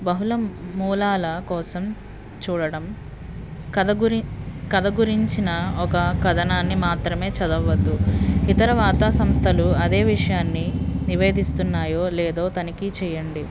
బహుళ మూలాల కోసం చూడడం కథ గురిం కథ గురించిన ఒక కథనాన్ని మాత్రమే చదవవద్దు ఇతర వార్తా సంస్థలు సంస్థలు అదే విషయాన్ని నివేదితున్నాయో లేదో తనిఖీ చేయండి